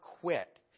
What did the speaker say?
quit